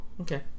Okay